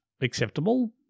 acceptable